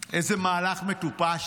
איזה מהלך מטופש,